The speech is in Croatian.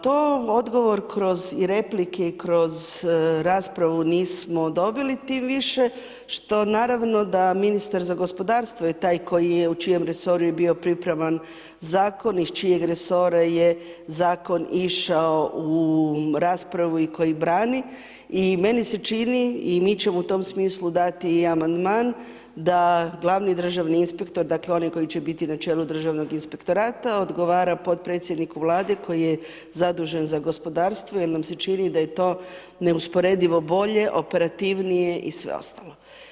To odgovor kroz i replike i kroz raspravu nismo dobili, tim više što naravno da ministar za gospodarstvo je taj koji je u čijem resoru je pripreman, iz čijeg resora je zakon išao u raspravu i koji brani i meni se čini i mi ćemo u tom smislu dati i amandman, da glavni državni inspektor dakle, oni koji će biti na čelu Državnog inspektorata odgovara potpredsjedniku Vlade koji je zadužen za gospodarstvo jer nam se čini da je to neusporedivo bolje, operativnije i sve ostalo.